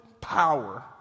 power